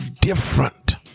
different